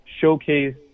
showcase